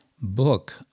book